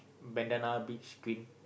bandanna beach clip